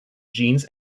jeans